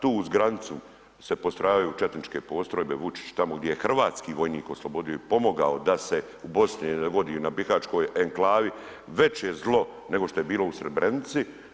Tu uz granicu se postrojavaju četničke postrojbe, Vučić tamo gdje je hrvatski vojnik oslobodio i pomogao da se u Bosni ne vodi na bihaćkoj enklavi veće zlo nego što je bilo u Srebrenici.